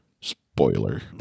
Spoiler